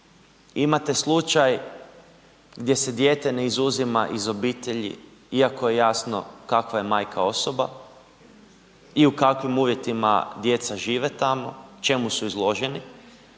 Imate slučaj gdje se dijete ne izuzima iz obitelji iako je jasno kakva je majka osoba i u kakvim uvjetima djeca žive tamo, čemu su izloženi.